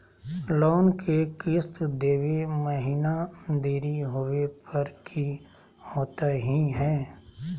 Loan के किस्त देवे महिना देरी होवे पर की होतही हे?